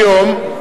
היום,